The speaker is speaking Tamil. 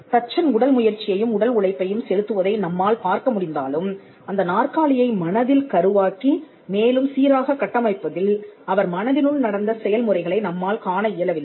தச்சன் உடல் முயற்சியையும் உடல் உழைப்பையும் செலுத்துவதை நம்மால் பார்க்க முடிந்தாலும் அந்த நாற்காலியை மனதில் கருவாக்கி மேலும் சீராக கட்டமைப்பதில் அவர் மனதினுள் நடந்த செயல்முறைகளை நம்மால் காண இயலவில்லை